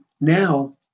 now